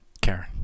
karen